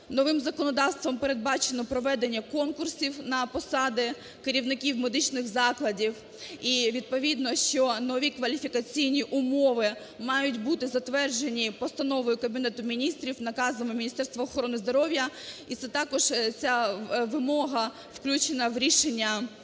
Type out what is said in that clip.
новим законодавством передбачено проведення конкурсів на посади керівників медичних закладів і, відповідно, що нові кваліфікаційні умови мають бути затверджені постановою Кабінету Міністрів, наказами міністерства охорони здоров'я. І це також ця вимога включена в рішення